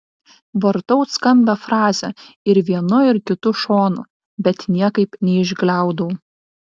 vartau skambią frazę ir vienu ir kitu šonu bet niekaip neišgliaudau